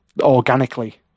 organically